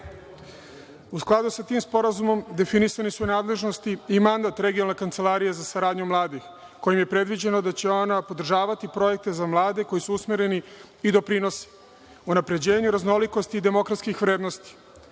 U skladu sa tim sporazumom definisani su nadležnosti i mandat regionalne kancelarije za saradnju mladih, kojim je predviđeno da će ona podržavati projekte za mlade, koji su usmereni i doprinose unapređenje i raznolikosti i demokratskih vrednosti,